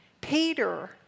Peter